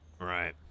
Right